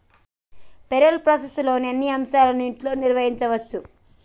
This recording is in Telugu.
పేరోల్ ప్రాసెస్లోని అన్ని అంశాలను ఇంట్లోనే నిర్వహించచ్చు